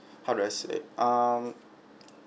how do I say um